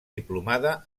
diplomada